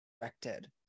directed